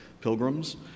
pilgrims